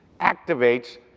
activates